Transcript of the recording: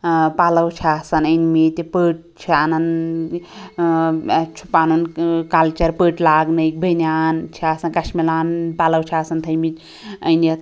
ٲں پَلوٚو چھِ آسان أنمِتۍ پٔٹۍ چھِ انان ٲں اَتہِ چھُ پَنن ٲں کَلچَر پٔٹۍ لاگنٕکۍ بیٚنیان چھِ آسان کشمیٖلان پَلوٚو چھِ آسان تھٲیمتۍ أنِتھ